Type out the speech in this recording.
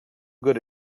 good